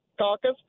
caucus